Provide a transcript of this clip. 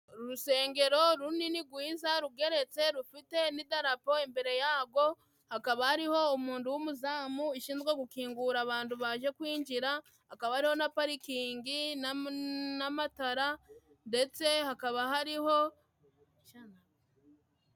Urusengero runini gwiza rugeretse rufite n'idarapo imbere yagwo. Hakaba hariho umundu w'umuzamu ushinzwe gukingurira abandu baje kuhinjira, hakaba hari na parikingi n'amatara ndetse hakaba hariho...